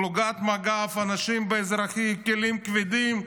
פלוגת מג"ב, אנשים באזרחי, כלים כבדים.